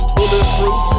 Bulletproof